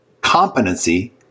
competency